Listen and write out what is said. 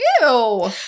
Ew